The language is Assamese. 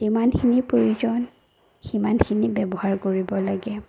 যিমানখিনি প্ৰয়োজন সিমানখিনি ব্যৱহাৰ কৰিব লাগে